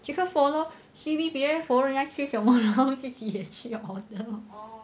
follow C_B period follow 人家吃什么然后自己也去 order lor